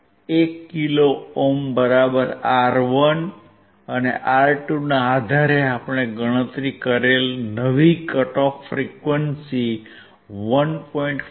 1 kilo ohm બરાબર R1 અને R2 ના આધારે આપણે ગણતરી કરેલ નવી કટ ઓફ ફ્રીક્વંસી 1